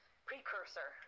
precursor